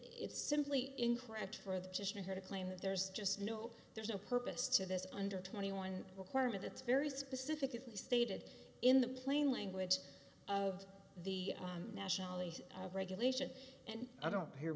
it's simply incorrect for the position here to claim that there's just no there's no purpose to this under twenty one requirement it's very specifically stated in the plain language of the nationality of regulation and i don't hear